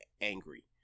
angry